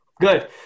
good